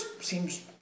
seems